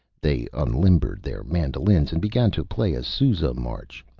they unlimbered their mandolins and began to play a sousa march.